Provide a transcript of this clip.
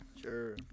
Sure